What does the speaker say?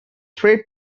threat